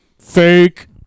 Fake